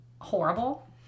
horrible